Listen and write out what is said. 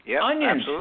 Onions